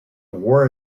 war